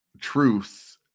truth